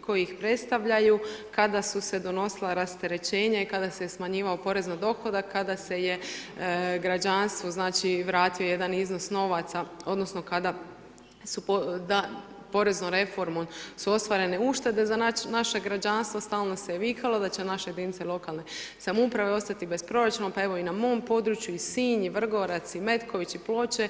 koji ih predstavljaju, kada su se donosila rasterećenja i kada se smanjivao porez na dohodak, kada se je građanstvo, znači, vratio jedan iznos novaca odnosno kada su poreznom reformom su ostvarene uštede za naše građanstvo, stalno se je vikalo da će naše jedinice lokalne samouprave ostati bez proračuna, pa evo i na mom području i Sinj i Vrgorac i Metković i Ploče.